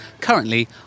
Currently